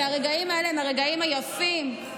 הרגעים האלה הם הרגעים היפים,